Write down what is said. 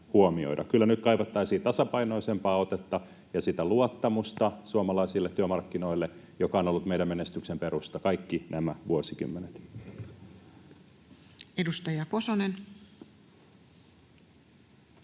työmarkkinoille tasapainoisempaa otetta ja sitä luottamusta, joka on ollut meidän menestyksen perusta kaikki nämä vuosikymmenet. Edustaja Kosonen.